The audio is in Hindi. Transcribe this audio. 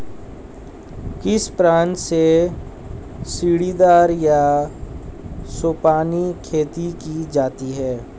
किस प्रांत में सीढ़ीदार या सोपानी खेती की जाती है?